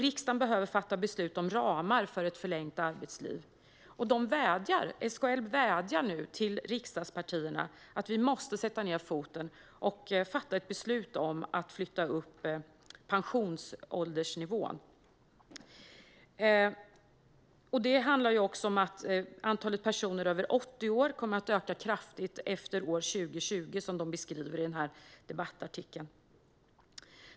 Riksdagen behöver fatta beslut om ramar för ett förlängt arbetsliv. SKL vädjar nu till riksdagspartierna om att vi måste sätta ned foten och fatta ett beslut om att flytta upp pensionsåldersnivån. Det handlar också om att antalet personer över 80 år kommer att öka kraftigt efter år 2020, som SKL beskriver i debattartikeln.